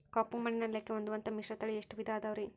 ಕಪ್ಪುಮಣ್ಣಿನ ನೆಲಕ್ಕೆ ಹೊಂದುವಂಥ ಮಿಶ್ರತಳಿ ಎಷ್ಟು ವಿಧ ಅದವರಿ?